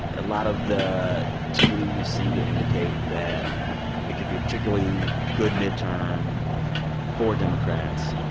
a lot of the tea leaves seem to indicate that it could be a particularly good midterm for democrats,